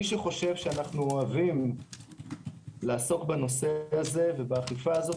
מי שחושב שאנחנו אוהבים לעסוק בנושא הזה ובאכיפה הזאת,